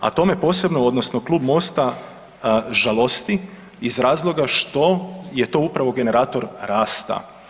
A tome posebno odnosno Klub MOST-a žalosti iz razloga što je to upravo generator rasta.